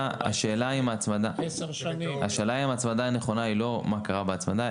השאלה אם ההצמדה היא נכונה היא לא "מה קרה בהצמדה",